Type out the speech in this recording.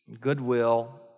goodwill